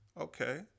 okay